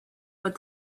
but